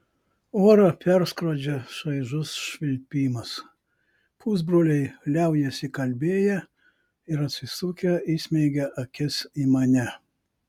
orą perskrodžia šaižus švilpimas pusbroliai liaujasi kalbėję ir atsisukę įsmeigia akis į mane